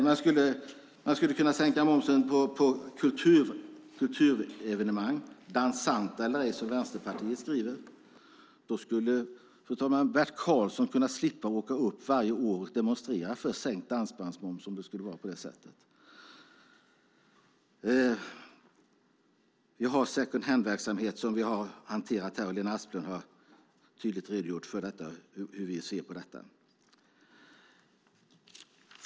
Man skulle kunna sänka den på kulturevenemang, antingen de är dansanta eller ej, som Vänsterpartiet skriver. Då skulle Bert Karlsson slippa åka upp varje år och demonstrera för sänkt dansbandsmoms. Second hand-verksamhet har vi redan talat om, och Lena Asplund har tydligt redogjort för hur vi ser på detta.